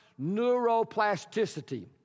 neuroplasticity